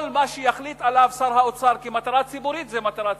כל מה שיחליט עליו שר האוצר כמטרה ציבורית זה מטרה ציבורית.